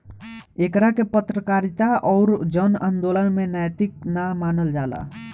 एकरा के पत्रकारिता अउर जन अदालत में नैतिक ना मानल जाला